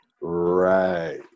Right